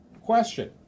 Question